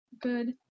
good